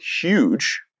huge